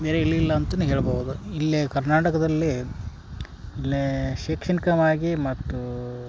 ಬೇರೆ ಎಲ್ಲಿಲ್ಲ ಅಂತನೆ ಹೇಳ್ಬೌದು ಇಲ್ಲೇ ಕರ್ನಾಟಕದಲ್ಲೇ ಇಲ್ಲೇ ಶೈಕ್ಷಣಿಕವಾಗಿ ಮತ್ತು